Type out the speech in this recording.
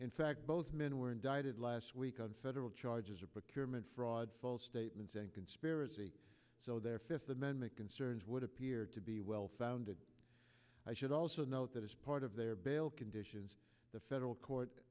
in fact both men were indicted last week on federal charges of procurement fraud false statements and conspiracy so their fifth amendment concerns would appear to be well founded i should also note that as part of their bail conditions the federal court